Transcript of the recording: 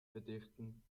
verdichten